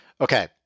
Okay